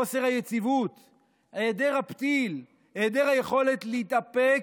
חוסר היציבות, היעדר הפתיל, היעדר היכולת להתאפק,